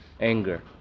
anger